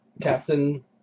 Captain